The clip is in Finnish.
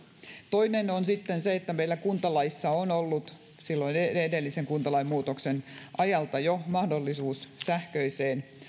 toinen on sitten se että meillä kuntalaissa on ollut jo silloin edellisen kuntalain muutoksen ajalta mahdollisuus sähköiseen